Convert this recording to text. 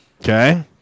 Okay